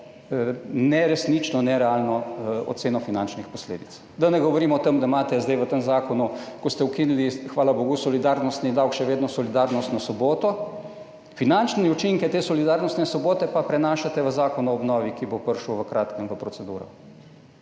neresnično, nerealno oceno finančnih posledic, da ne govorim o tem, da imate zdaj v tem zakonu, ko ste ukinili, hvala bogu, solidarnostni davek, še vedno solidarnostno soboto, finančne učinke te solidarnostne sobote pa prenašate v Zakon o obnovi, ki bo prišel v kratkem v proceduro.